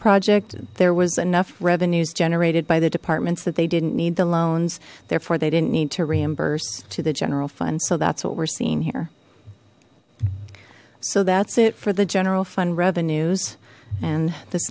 project there was enough revenues generated by the departments that they didn't need the loans therefore they didn't need to reimburse to the general fund so that's what we're seeing here so that's it for the general fund revenues and th